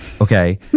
Okay